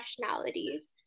nationalities